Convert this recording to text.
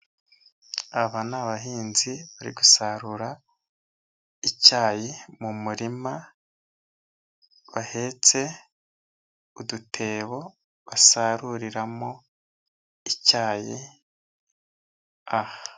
Aba ni abahinzi, bari gusarura icyayi mu murima, bahetse udutebo basaruriramo, icyayi, aha.